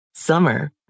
Summer